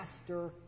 master